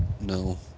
No